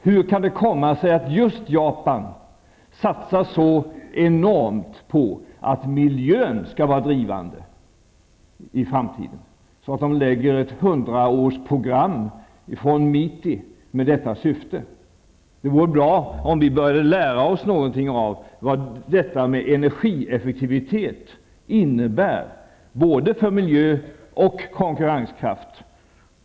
Hur kan det komma sig att just Japan satsar så enormt på att miljön skall vara drivande i framtiden, att MITI lägger fram ett hundraårsprogram med detta syfte. Det vore bra om vi började lära oss någonting av vad energieffektivitet innebär, både för miljö och för konkurrenskraft.